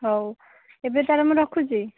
ହଉ ଏବେ ତା'ହେଲେ ମୁଁ ରଖୁଛି